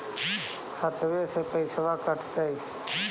खतबे से पैसबा कटतय?